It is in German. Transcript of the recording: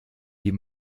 wie